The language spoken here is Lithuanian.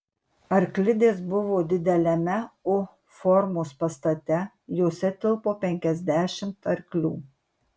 arklidės buvo dideliame u formos pastate jose tilpo penkiasdešimt arklių